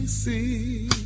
see